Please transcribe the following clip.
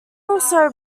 also